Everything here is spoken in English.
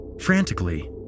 Frantically